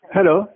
Hello